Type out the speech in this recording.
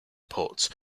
ports